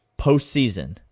postseason